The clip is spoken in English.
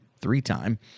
three-time